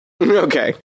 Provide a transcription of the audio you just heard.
Okay